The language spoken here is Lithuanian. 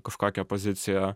kažkokią poziciją